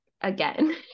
again